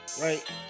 right